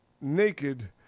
naked